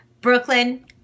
Brooklyn